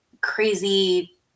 crazy